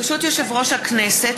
ברשות יושב-ראש הכנסת,